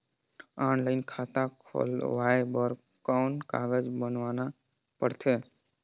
Online खाता खुलवाय बर कौन कागज बनवाना पड़थे?